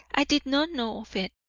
i did not know of it.